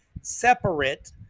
separate